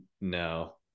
No